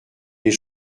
les